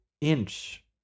inch